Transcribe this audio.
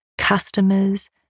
customers